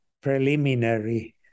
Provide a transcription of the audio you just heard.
preliminary